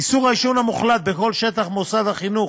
איסור העישון המוחלט בכל שטח מוסד החינוך,